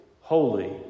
holy